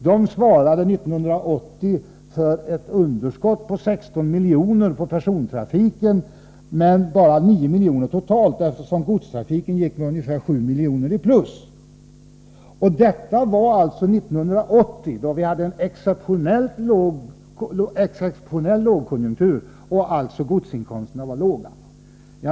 De svarade 1980 för ett intäktsunderskott på 16 milj.kr. på persontrafiken men bara 9 milj.kr. totalt, eftersom godstrafiken gick med ungefär 7 milj.kr. i plus. Detta var alltså 1980, då vi hade en exceptionell lågkonjunktur och godsinkomsterna därför var låga.